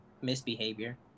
misbehavior